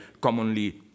commonly